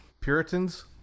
Puritans